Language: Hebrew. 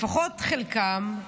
לפחות חלקן,